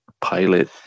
pilot